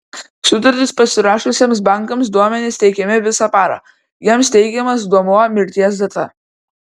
sutartis pasirašiusiems bankams duomenys teikiami visą parą jiems teikiamas duomuo mirties data